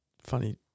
Funny